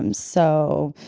um so,